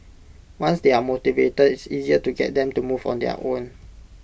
once they are motivated it's easier to get them to move on their own